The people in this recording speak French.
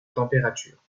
température